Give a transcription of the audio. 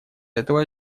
этого